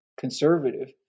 conservative